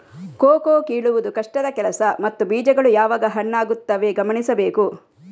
cocoa ಕೀಳುವುದು ಕಷ್ಟದ ಕೆಲಸ ಮತ್ತು ಬೀಜಗಳು ಯಾವಾಗ ಹಣ್ಣಾಗುತ್ತವೆ ಗಮನಿಸಬೇಕು